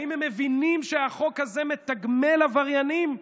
האם הם מבינים שהחוק הזה מתגמל עבריינים?